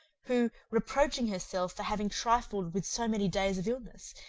who, reproaching herself for having trifled with so many days of illness,